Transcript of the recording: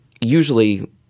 usually